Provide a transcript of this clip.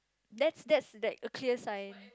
that's that's that a clear sign